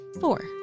Four